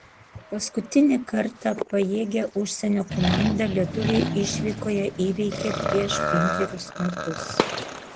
paskutinį kartą pajėgią užsienio komandą lietuviai išvykoje įveikė prieš penkerius metus